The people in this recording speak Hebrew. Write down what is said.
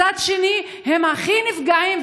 מצד שני הם הכי נפגעים,